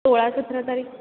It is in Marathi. सोळा सतरा तारीख